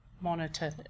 Monitor